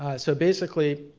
so basically,